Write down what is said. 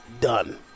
done